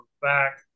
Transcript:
back